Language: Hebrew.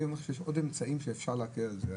יש עוד אמצעים שאפשר להקל בזה.